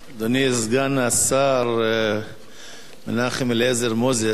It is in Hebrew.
אדוני סגן השר מנחם אליעזר מוזס,